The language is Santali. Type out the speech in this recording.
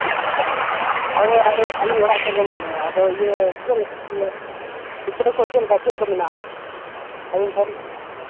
ᱦᱳᱭ ᱦᱳᱭ ᱟᱹᱞᱤᱧ ᱚᱲᱟᱜ ᱥᱮᱫ ᱨᱮᱜᱮ ᱢᱮᱱᱟᱜ ᱞᱤᱧᱟ ᱟᱫᱚ ᱤᱭᱟᱹ ᱪᱮᱫ ᱞᱮᱠᱟ ᱤᱭᱟᱹ ᱪᱤᱛᱟᱹᱨ ᱠᱚ ᱪᱮᱫ ᱞᱮᱠᱟ ᱪᱮᱫ ᱠᱚ ᱢᱮᱱᱟᱜᱼᱟ ᱟᱹᱵᱤᱱᱴᱷᱮᱱ